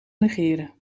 negeren